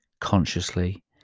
consciously